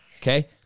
okay